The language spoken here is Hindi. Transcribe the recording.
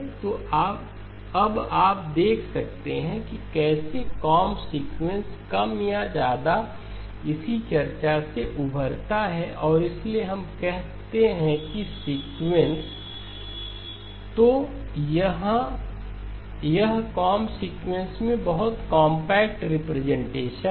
तो अब आप देख सकते हैं कि कैसे कोंब सीक्वेंस कम या ज्यादा इसी चर्चा से उभरता है और इसलिए हम कहते हैं कि sequence CMn1Mk0M 1ej2Mkn WMe j2M CMn1Mk0M 1WMkn तो यह क्वाअंब सीक्वेंस या बहुत कॉम्पैक्ट रिप्रेजेंटेशन है